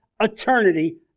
eternity